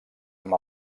amb